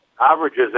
averages